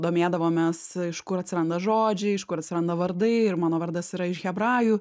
domėdavomės iš kur atsiranda žodžiai iš kur atsiranda vardai ir mano vardas yra iš hebrajų